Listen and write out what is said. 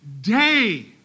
day